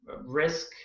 risk